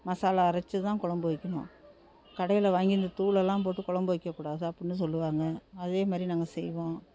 மசாலா அரைச்சு தான் கொழம்பு வெக்கணும் கடையில் வாங்கி இந்த தூளெல்லாம் போட்டு குழம்பு வைக்கக்கூடாது அப்படினு சொல்வாங்க அதே மாதிரி நாங்கள் செய்வோம்